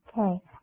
Okay